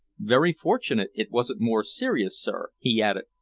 very fortunate it wasn't more serious, sir, he added,